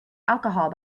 alcohol